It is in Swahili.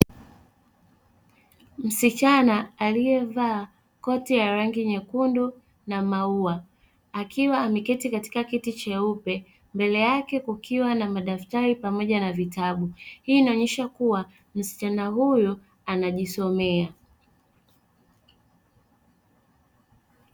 Msichana aliyevaa koti la rangi nyekundu na maua, akiwa ameketi katika kiti cheupe, mbele yake kukiwa na madaftari pamoja na vitabu. Hii inaonyesha kuwa msichana huyu anajisomea.